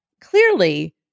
clearly